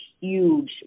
Huge